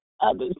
others